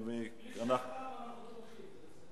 בלי שחתמנו אנחנו תומכים בזה.